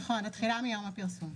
נכון, התחילה מיום הפרסום.